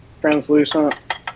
translucent